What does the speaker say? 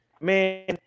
Man